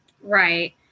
Right